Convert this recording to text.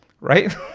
Right